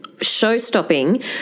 show-stopping